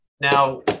Now